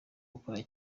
gukora